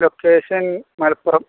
location Malappuram